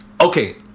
okay